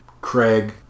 Craig